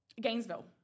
Gainesville